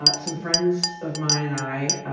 but some friends of mine and i,